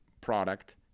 product